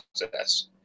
process